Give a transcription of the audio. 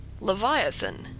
LEVIATHAN